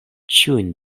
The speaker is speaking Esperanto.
ĉiujn